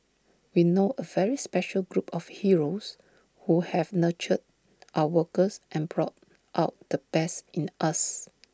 we know A very special group of heroes who have nurtured our workers and brought out the best in us